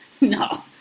No